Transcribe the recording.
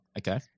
okay